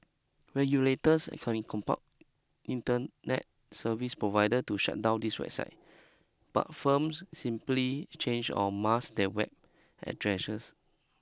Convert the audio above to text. regulators can compel internet service provider to shut down these sites but firms simply change or mask their web addresses